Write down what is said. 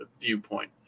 viewpoint